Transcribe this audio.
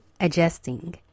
adjusting